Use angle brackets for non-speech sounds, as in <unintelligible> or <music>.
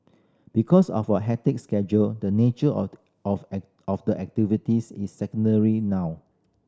because of our hectic schedule the nature <unintelligible> of <unintelligible> of the activity is secondary now